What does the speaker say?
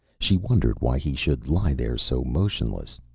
she wondered why he should lie there so motionless.